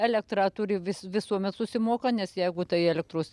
elektrą turi vis visuomet susimoka nes jeigu tai elektros